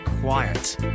quiet